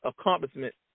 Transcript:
accomplishment